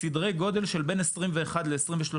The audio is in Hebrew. סדרי גודל של בין 21% ל-23%,